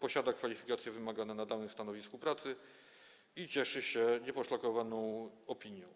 posiada kwalifikacje wymagane na danym stanowisku pracy i cieszy się nieposzlakowaną opinią.